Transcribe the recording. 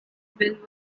bill